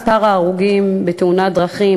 מספר ההרוגים בתאונות דרכים,